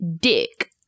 dick